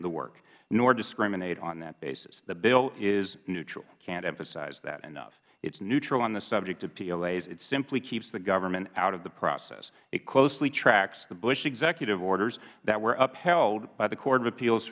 the work nor discriminate on that basis the bill is neutral i can't emphasize that enough it's neutral on the subject of plas it simply keeps the government out of the process it closely tracks the bush executive orders that were upheld by the court of appeals